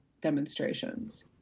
demonstrations